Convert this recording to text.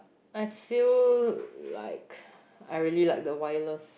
I feel like I really like the wireless